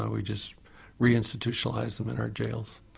ah we just re-institutionalised them in our jails,